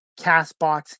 Castbox